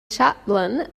chaplin